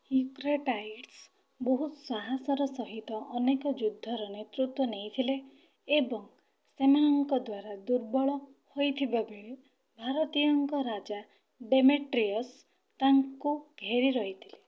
Eucratides ବହୁତ ସାହସର ସହିତ ଅନେକ ଯୁଦ୍ଧର ନେତୃତ୍ୱ ନେଇଥିଲେ ଏବଂ ସେମାନଙ୍କ ଦ୍ୱାରା ଦୁର୍ବଳ ହୋଇଥିବାବେଳେ ଭାରତୀୟଙ୍କ ରାଜା ଡେମେଟ୍ରିୟସ୍ ତାଙ୍କୁ ଘେରି ରହିଥିଲେ